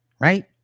right